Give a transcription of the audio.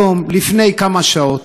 היום, לפני כמה שעות,